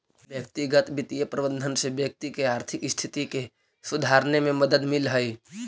व्यक्तिगत वित्तीय प्रबंधन से व्यक्ति के आर्थिक स्थिति के सुधारने में मदद मिलऽ हइ